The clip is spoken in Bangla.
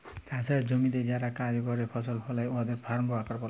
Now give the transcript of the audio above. চাষের জমিতে যারা কাজ ক্যরে ফসল ফলায় উয়াদের ফার্ম ওয়ার্কার ব্যলে